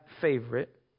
favorite